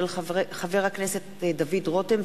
מאת חברת הכנסת מרינה סולודקין,